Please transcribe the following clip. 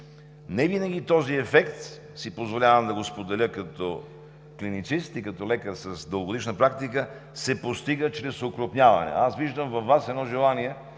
невинаги този ефект – позволявам си да го споделя като клиницист и като лекар с дългогодишна практика, се постига чрез окрупняване. Аз виждам във Вас едно желание